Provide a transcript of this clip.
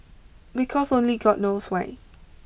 because only god knows why